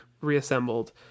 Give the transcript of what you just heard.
reassembled